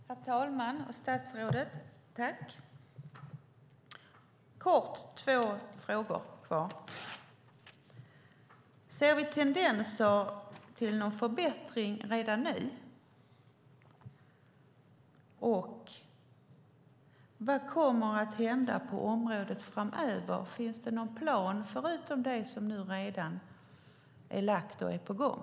Herr talman! Tack, statsrådet! Jag har några korta frågor kvar. Ser vi tendenser till någon förbättring redan nu? Vad kommer att hända på området framöver, och finns det någon plan förutom det som nu redan är på gång?